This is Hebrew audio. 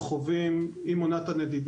תלוי